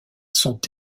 sont